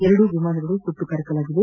ಎರಡೂ ವಿಮಾನಗಳು ಸುಟ್ಟು ಕರಕಲಾಗಿವೆ